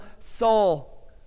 soul